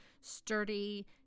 sturdy